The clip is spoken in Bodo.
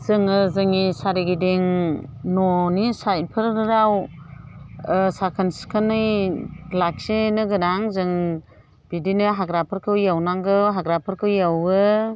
जोङो जोंनि सारिगिदिं न'नि साइडफोराव साखो सिखोनै लाखिनो गोनां जों बिदिनो हाग्राफोरखौ एवनांगौ हाग्राफोरखौ एवो